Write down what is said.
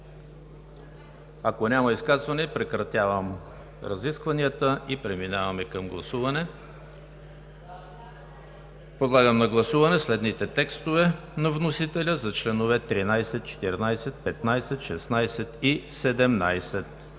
Ако няма изказвания, прекратявам разискванията и преминаваме към гласуване. Подлагам на гласуване следните текстове на вносителя за членове 13, 14, 15, 16 и 17,